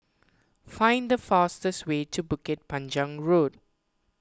find the fastest way to Bukit Panjang Road